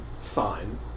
Fine